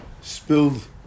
spilled